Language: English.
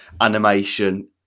animation